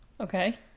Okay